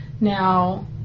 Now